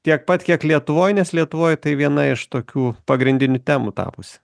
tiek pat kiek lietuvoj nes lietuvoj tai viena iš tokių pagrindinių temų tapusi